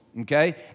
okay